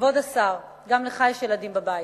כבוד השר, גם לך יש ילדים בבית,